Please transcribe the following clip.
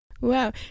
Wow